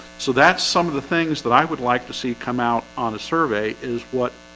so that's some of the things that i would like to see come out on a survey is what